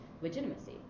legitimacy